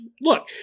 look